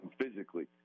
Physically